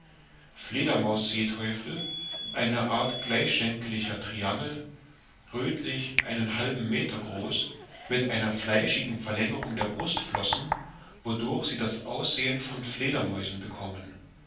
sind fledermaus seeteufel eine art gleichschenkeliger triangel röthlich einen halben meter groß mit einer fleischigen verlängerung der brustflossen wodurch sie das aussehen von fledermäusen bekommen